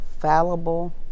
fallible